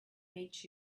meet